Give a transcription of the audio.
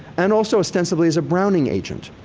and also ostensibly as a browning agent.